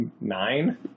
nine